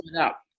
up